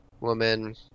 woman